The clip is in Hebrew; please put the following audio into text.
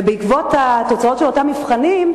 ובעקבות התוצאות של אותם מבחנים,